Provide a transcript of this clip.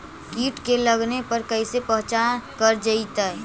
कीट के लगने पर कैसे पहचान कर जयतय?